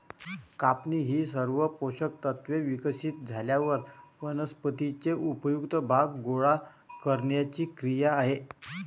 कापणी ही सर्व पोषक तत्त्वे विकसित झाल्यावर वनस्पतीचे उपयुक्त भाग गोळा करण्याची क्रिया आहे